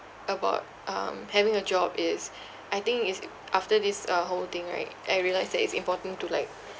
about um having a job is I think is after this uh whole thing right I realised that it's important to like